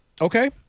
Okay